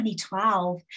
2012